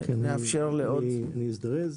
כן, אני אזדרז.